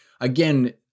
again